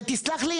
ותסלח לי,